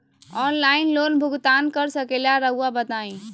Online loan भुगतान कर सकेला राउआ बताई?